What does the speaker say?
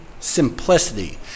simplicity